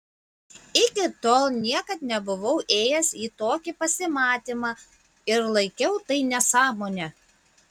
iki tol niekad nebuvau ėjęs į tokį pasimatymą ir laikiau tai nesąmone